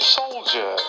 soldier